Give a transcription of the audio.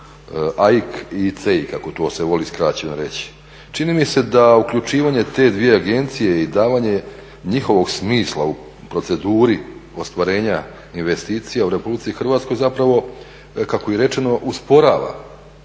AIK i CEIK kako to se voli skraćeno reći. Čini mi se da uključivanje te dvije agencije i davanje njihovog smisla u proceduri ostvarenja investicija u RH zapravo kako je i rečeno usporava.